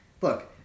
Look